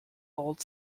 old